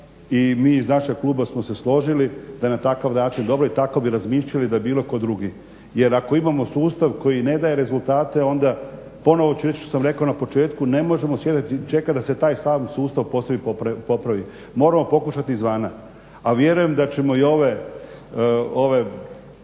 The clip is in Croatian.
i mi iz našeg kluba smo se složili da je na takav način dobro i tako bi razmišljali da bilo tko drugi, jer ako imamo sustav koji ne daje rezultate onda ponovo ću reć što sam rekao na početku, ne možemo sjediti i čekati da se taj stalni sustav posao popravi. A vjerujem da ćemo i ove